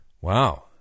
Wow